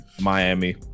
Miami